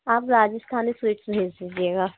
आप राजस्थानी स्वीट्स भेज दीजिएगा